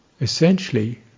Essentially